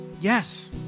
Yes